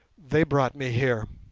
they brought me here.